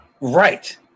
Right